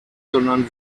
sondern